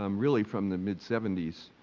um really from the mid seventy s.